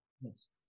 Yes